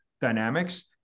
dynamics